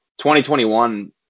2021